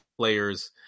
players